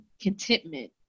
contentment